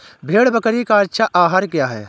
भेड़ बकरी का अच्छा आहार क्या है?